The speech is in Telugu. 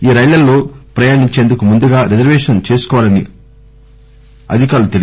ఈ రైళ్ళలలో ప్రయాణించేందుకు ముందుగా రిజర్వేషన్ చేసుకోవాలి ఉంటుంది